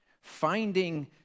finding